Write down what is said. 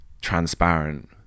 transparent